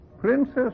Princess